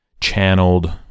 channeled